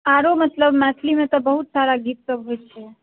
आओर मतलब मैथिलीमे तऽ बहुत सारा गीतसब होइ छै